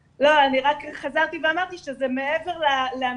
לא, אני רק חזרתי ואמרתי שזה מעבר להנחיה,